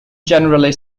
generally